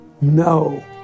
No